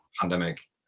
pandemic